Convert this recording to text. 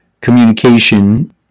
communication